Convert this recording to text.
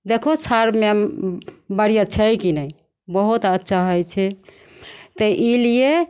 देखहो sir ma'am बढ़िआँ छै कि नहि बहुत अच्छा होइ छै तऽ एहिलिए